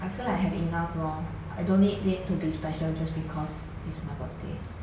I feel like I have enough lor I don't need it to be special because it's my birthday